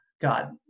God